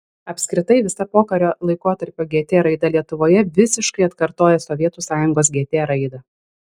apskritai visa pokario laikotarpio gt raida lietuvoje visiškai atkartoja sovietų sąjungos gt raidą